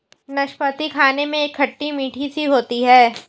नाशपती खाने में खट्टी मिट्ठी सी होती है